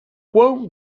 quão